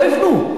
לא יבנו.